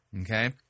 okay